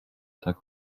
tak